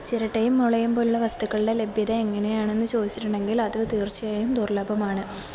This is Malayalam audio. ചിരട്ടയും മുളയും പോലെയുള്ള വസ്തുക്കളുടെ ലഭ്യത എങ്ങനെയാണെന്ന് ചോദിച്ചിട്ടുണ്ടെങ്കിൽ അത് തീർച്ചയായും ദുർലഭമാണ്